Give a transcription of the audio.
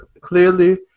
clearly